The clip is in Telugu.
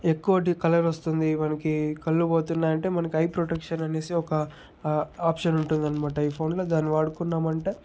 ఎక్కోటి కలర్ వస్తుంది మనకి కళ్ళు పోతున్నాయంటే మనకి ఐ ప్రొటెక్షన్ అనేసి ఒక ఆప్షన్ ఉంటుందనమాట ఈ ఫోనుకి దాన్ని వాడుకున్నామంటే